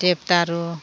देबदारु